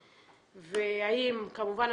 וכמובן,